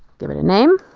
give it a name,